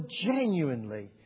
genuinely